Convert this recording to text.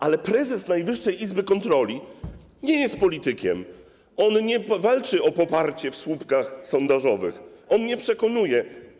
Ale prezes Najwyższej Izby Kontroli nie jest politykiem, on nie walczy o poparcie w słupkach sondażowych, on nie przekonuje.